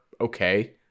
okay